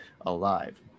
alive